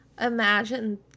imagine